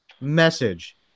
message